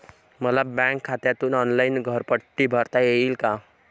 मला बँक खात्यातून ऑनलाइन घरपट्टी भरता येईल का?